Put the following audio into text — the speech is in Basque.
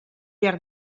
behar